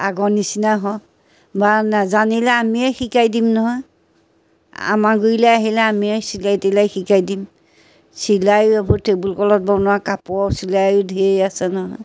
আগৰ নিচিনা হওক বা নাজানিলে আমিয়ে শিকাই দিম নহয় আমাৰ গুৰিলে আহিলে আমিয়ে চিলাই তিলাই শিকাই দিম চিলাইও এইবোৰ টেবুল ক্লথ বনোৱা কাপোৰৰ চিলাইও ঢেৰ আছে নহয়